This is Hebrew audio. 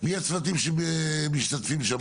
מי הם הצוותים שמשתתפים שם?